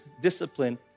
discipline